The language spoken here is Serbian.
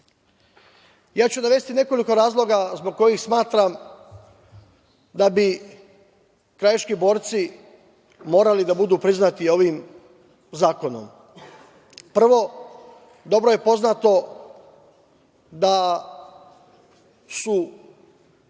Navešću nekoliko razloga zbog kojih smatram da bi krajiški borci morali da budu priznati ovim zakonom. Prvo, dobro je poznato da su